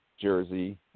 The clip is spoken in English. jersey